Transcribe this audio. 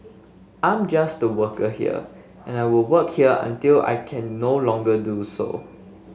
I'm just a worker here and I will work here until I can no longer do so